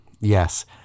Yes